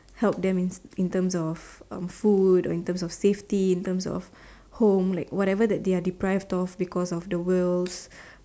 help them in in terms of um food or in terms of safety in terms of home like whatever that they are deprived of because of the world's